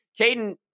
Caden